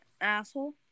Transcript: asshole